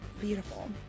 Beautiful